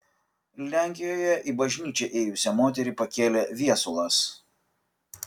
lenkijoje į bažnyčią ėjusią moterį pakėlė viesulas